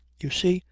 you see,